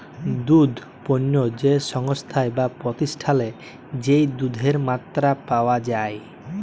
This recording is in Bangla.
দুধ পণ্য যে সংস্থায় বা প্রতিষ্ঠালে যেই দুধের মাত্রা পাওয়া যাই